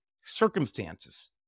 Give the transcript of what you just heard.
circumstances